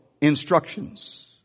instructions